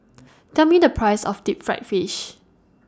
Tell Me The Price of Deep Fried Fish